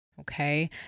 okay